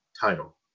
title